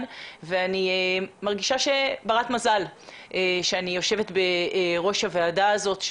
ואני מרגישה ברת מזל על שאני יושבת בראש הוועדה הזאת.